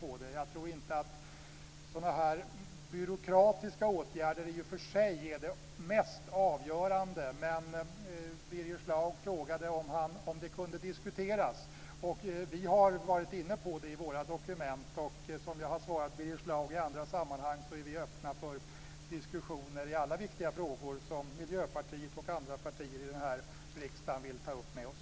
Jag tror i och för sig inte att sådana här byråkratiska åtgärder är de mest avgörande, men Birger Schlaug frågade om det här kunde diskuteras. Vi har i våra dokument varit inne på detta, och vi är, som jag har svarat Birger Schlaug i andra sammanhang, öppna för diskussioner i alla viktiga frågor som Miljöpartiet och andra partier i riksdagen vill ta upp med oss.